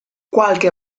qualche